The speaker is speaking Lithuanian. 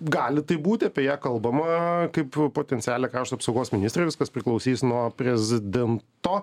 gali taip būti apie ją kalbama kaip potencialią krašto apsaugos ministrę viskas priklausys nuo prezidento